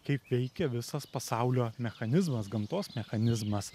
kaip veikia visas pasaulio mechanizmas gamtos mechanizmas